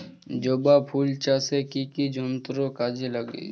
জবা ফুল চাষে কি কি যন্ত্র কাজে লাগে?